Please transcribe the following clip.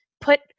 put